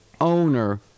Owner